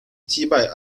击败